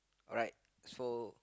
alright so